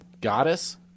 goddess